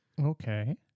Okay